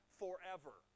forever